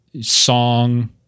Song